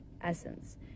essence